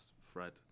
Fred